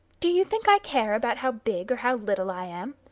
do you think i care about how big or how little i am?